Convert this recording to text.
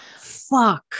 Fuck